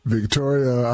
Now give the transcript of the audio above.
Victoria